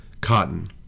cotton